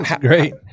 Great